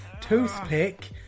toothpick